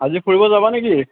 আজি ফুৰিব যাবা নেকি